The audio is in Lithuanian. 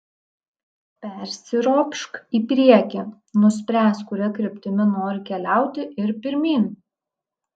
persiropšk į priekį nuspręsk kuria kryptimi nori keliauti ir pirmyn